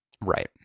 Right